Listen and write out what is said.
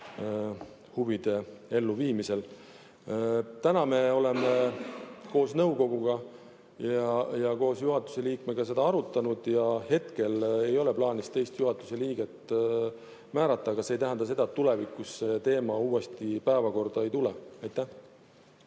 huvide elluviimiseks. Me oleme koos nõukoguga ja koos juhatuse liikmega seda arutanud. Hetkel ei ole plaanis teist juhatuse liiget määrata. Aga see ei tähenda, et tulevikus teema uuesti päevakorda ei tule. Nüüd